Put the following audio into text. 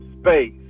space